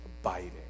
abiding